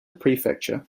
prefecture